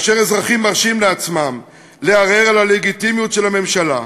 ואזרחים מרשים לעצמם לערער על הלגיטימיות של הממשלה,